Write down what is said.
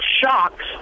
shocks